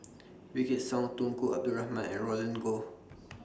Wykidd Song Tunku Abdul Rahman and Roland Goh